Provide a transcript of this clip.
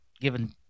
given